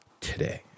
today